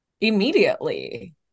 immediately